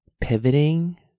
pivoting